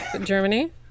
Germany